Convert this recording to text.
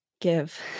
give